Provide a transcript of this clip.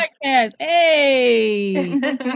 Hey